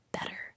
better